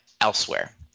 elsewhere